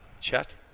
Chet